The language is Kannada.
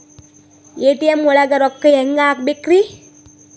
ಎ.ಟಿ.ಎಂ ಒಳಗ್ ರೊಕ್ಕ ಹೆಂಗ್ ಹ್ಹಾಕ್ಬೇಕ್ರಿ?